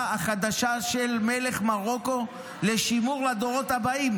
החדשה של מלך מרוקו לשימור לדורות הבאים.